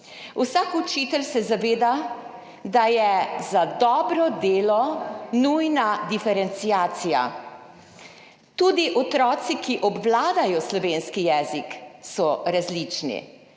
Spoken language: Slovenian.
Vsak učitelj se zaveda, da je za dobro delo nujna diferenciacija. Tudi otroci, ki obvladajo slovenski jezik, so različni,